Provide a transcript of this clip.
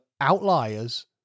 outliers